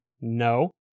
No